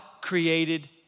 created